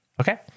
Okay